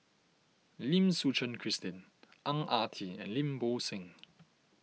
Lim Suchen Christine Ang Ah Tee and Lim Bo Seng